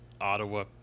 Ottawa